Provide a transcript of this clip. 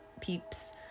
peeps